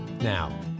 Now